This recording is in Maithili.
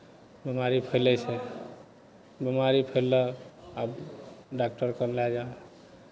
बेमारी फैलै छै बेमारी फैलला आ डॉक्टरकेँ लए जा